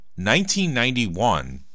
1991